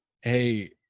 hey